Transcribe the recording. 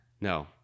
No